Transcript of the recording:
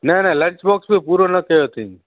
न न lunch box बि पूरो न कयो अथईं